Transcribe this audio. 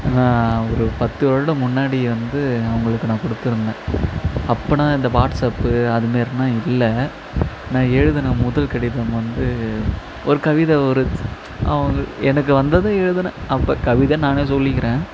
நான் ஒரு பத்து வருடம் முன்னாடி வந்து அவங்களுக்கு நான் கொடுத்துருந்தேன் அப்போனா இந்த வாட்ஸப்பு அதுமாரிலாம் இல்லை நான் எழுதின முதல் கடிதம் வந்து ஒரு கவிதை ஒரு அவங்க எனக்கு வந்ததை எழுதினேன் அப்போ கவிதை நானே சொல்லிக்கிறேன்